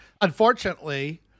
unfortunately